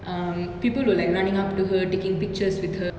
um people were like running up to her taking pictures with her